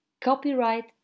copyright